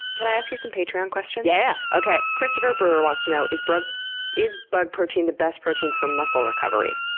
can i ask you some patreon questions? yeah! okay. christopher brewer wants to know is bug is bug protein the best protein for muscle recovery?